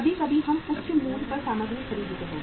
कभी कभी हम उच्च मूल्य पर सामग्री खरीदते हैं